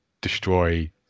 destroy